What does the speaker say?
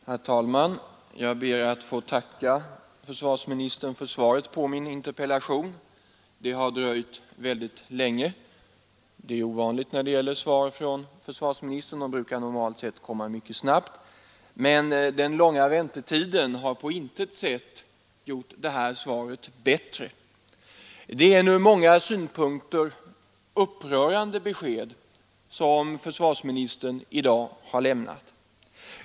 Herr talman! Jag ber att få tacka försvarsministern för svaret på min interpellation. Svaret har dröjt väldigt länge. Det är ovanligt när det gäller svar från försvarsministern — de brukar normalt komma mycket snabbt — men den långa väntetiden har på intet sätt gjort det här svaret bättre. Det är ett ur många synpunkter upprörande besked som försvarsministern i dag har lämnat.